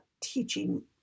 teaching